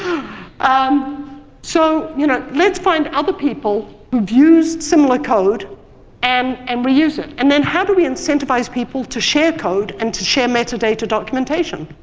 um so, you know let's find other people who've used similar code and and reuse it, and then how do we incentivize people to share code and to share metadata documentation?